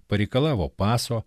pareikalavo paso